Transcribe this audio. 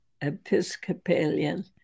Episcopalian